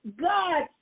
God